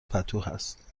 پتوهست